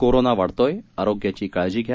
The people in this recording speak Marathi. कोरोना वाढतोय आरोग्याची काळजी घ्या